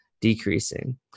decreasing